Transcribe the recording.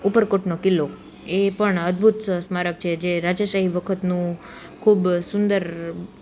ઉપરકોટનો કિલ્લો એ પણ અદ્ભુત સ્મારક છે જે રાજાશાહી વખતનું ખૂબ સુંદર